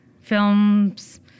films